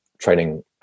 training